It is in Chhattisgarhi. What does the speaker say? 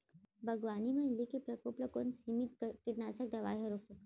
बागवानी म इल्ली के प्रकोप ल कोन सीमित कीटनाशक दवई ह रोक सकथे?